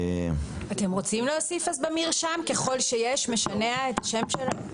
אז אתם רוצים להוסיף במרשם את השם ככל שיש משנע?